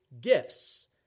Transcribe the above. gifts